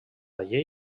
llei